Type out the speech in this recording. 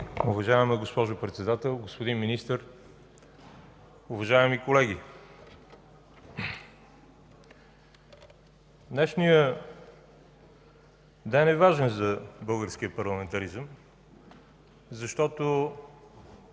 Уважаема госпожо Председател, господин Министър, уважаеми колеги! Днешният ден е важен за българския парламентаризъм, защото